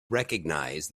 recognize